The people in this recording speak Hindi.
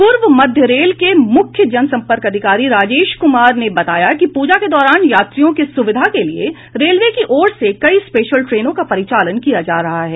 पूर्व मध्य रेल के मुख्य जनसंपर्क अधिकारी राजेश कुमार ने बताया कि प्रजा के दौरान यात्रियों की सुविधा के लिए रेलवे की ओर से कई स्पेशल ट्रेनों का परिचालन किया जा रहा है